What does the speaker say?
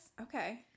Okay